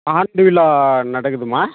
ஆண்டு விழா நடக்குதும்மா